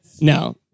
No